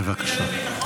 בבקשה.